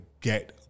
get